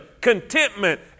contentment